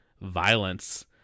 violence